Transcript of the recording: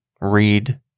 read